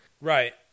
right